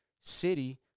city